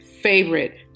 favorite